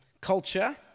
culture